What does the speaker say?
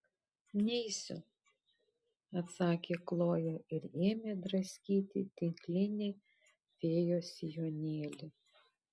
neisiu atsakė kloja ir ėmė draskyti tinklinį fėjos sijonėlį